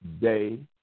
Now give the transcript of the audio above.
day